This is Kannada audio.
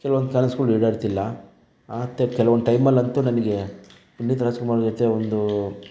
ಕೆಲವೊಂದು ಕನಸುಗಳು ಈಡೇರ್ತಿಲ್ಲ ಕೆಲವೊಂದು ಟೈಮಲ್ಲಂತೂ ನನಗೆ ಪುನೀತ್ ರಾಜ್ಕುಮಾರ್ ಅವರ ಜೊತೆ ಒಂದು